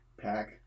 pack